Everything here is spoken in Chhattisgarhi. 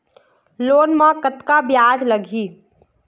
लोन म कतका ब्याज लगही?